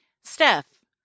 Steph